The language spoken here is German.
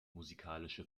musikalische